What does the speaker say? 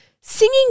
Singing